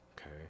Okay